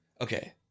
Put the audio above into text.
Okay